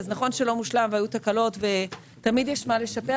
נכון שלא מושלם והיו תקלות ותמיד יש מה לשפר,